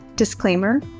Disclaimer